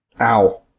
Ow